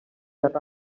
that